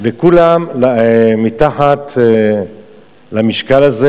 וכולם מתחת למשקל הזה.